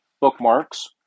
bookmarks